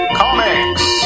comics